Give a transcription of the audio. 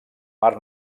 mar